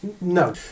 No